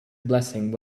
blessing